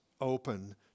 open